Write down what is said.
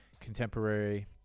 contemporary